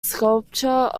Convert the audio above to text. sculpture